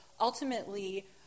ultimately